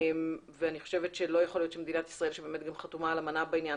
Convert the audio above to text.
אני חושבת שלא יכול להיות שמדינת ישראל שגם חתומה על אמנה בעניין,